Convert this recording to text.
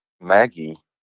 Maggie